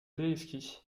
téléskis